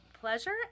pleasure